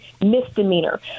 misdemeanor